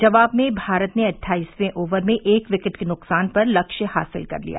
जवाब में भारत ने अट्ठाइसवें ओवर में एक विकेट के नुकसान पर लक्ष्य हासिल कर लिया